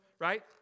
right